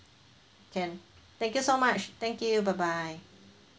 can thank you so much thank you bye bye